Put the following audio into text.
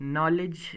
Knowledge